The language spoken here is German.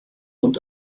und